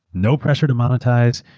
no pressure to monetize.